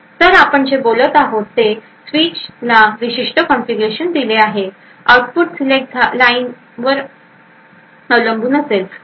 तर आपण जे बोलत आहोत ते स्विचला विशिष्ट कॉन्फिगरेशन दिले गेले आहे आउटपुट सिलेक्ट लाईनवर अवलंबून असेल